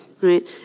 right